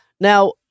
now